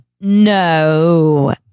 No